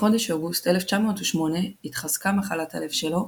בחודש אוגוסט 1908 התחזקה מחלת הלב שלו,